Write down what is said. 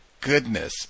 goodness